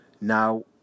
Now